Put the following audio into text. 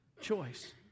choice